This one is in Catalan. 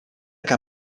què